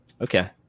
Okay